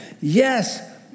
Yes